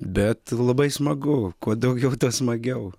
bet labai smagu kuo daugiau tuo smagiau